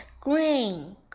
Green